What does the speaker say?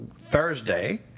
Thursday